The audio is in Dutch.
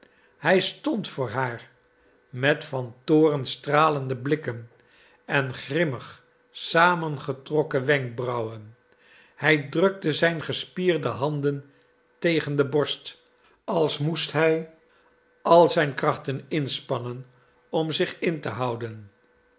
hij stond voor haar met van toorn stralende blikken en grimmig samengetrokken wenkbrauwen hij drukte zijn gespierde handen tegen de borst als moest hij al zijn krachten inspannen om zich in te houden